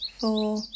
Four